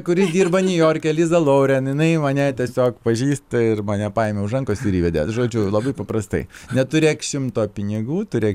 kuri dirba niujorke liza loren jinai mane tiesiog pažįsta ir mane paimė už rankos ir įvedė žodžiu labai paprastai neturėk šimto pinigų turėk